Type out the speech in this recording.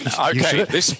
Okay